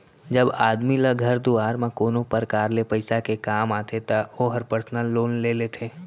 जब आदमी ल घर दुवार म कोनो परकार ले पइसा के काम आथे त ओहर पर्सनल लोन ले लेथे